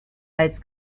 als